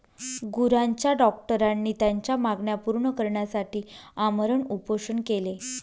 गुरांच्या डॉक्टरांनी त्यांच्या मागण्या पूर्ण करण्यासाठी आमरण उपोषण केले